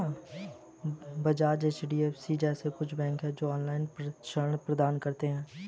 Bajaj, HDFC जैसे कुछ bank है, जो ऑनलाईन ऋण प्रदान करते हैं